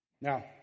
Now